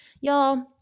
y'all